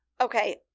okay